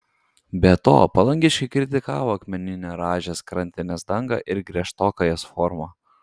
be to palangiškiai kritikavo akmeninę rąžės krantinės dangą ir griežtoką jos formą